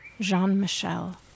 Jean-Michel